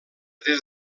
des